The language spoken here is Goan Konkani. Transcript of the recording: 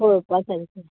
पळोवपा सारखें